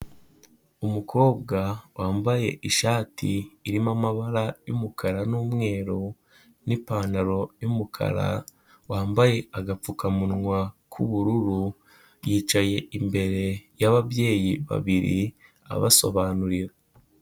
Umukobwa wambaye ishati irimo amabara y'umukara n'umweru n'ipantaro y'umukara, wambaye agapfukamunwa k'ubururu yicaye imbere y'ababyeyi babiri abasobanurira.